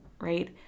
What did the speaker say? right